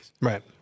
Right